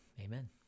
Amen